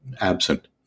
absent